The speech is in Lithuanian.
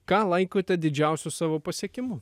ką laikote didžiausiu savo pasiekimu